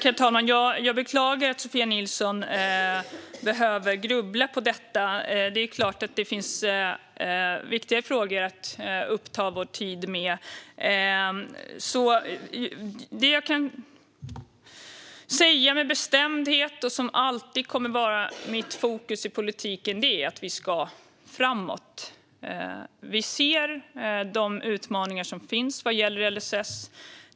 Herr talman! Jag beklagar att Sofia Nilsson behöver grubbla på detta. Det är klart att det finns viktigare frågor att ägna vår tid åt. Det som jag med bestämdhet kan säga och som alltid kommer att vara mitt fokus i politiken är att vi ska framåt. Vi ser de utmaningar som finns när det gäller LSS.